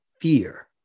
fear